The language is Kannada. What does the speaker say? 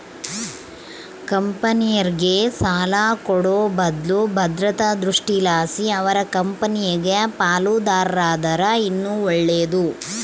ಕಂಪೆನೇರ್ಗೆ ಸಾಲ ಕೊಡೋ ಬದ್ಲು ಭದ್ರತಾ ದೃಷ್ಟಿಲಾಸಿ ಅವರ ಕಂಪೆನಾಗ ಪಾಲುದಾರರಾದರ ಇನ್ನ ಒಳ್ಳೇದು